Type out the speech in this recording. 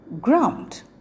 ground